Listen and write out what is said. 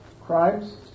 crimes